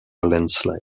landslide